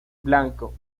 blanco